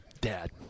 Dad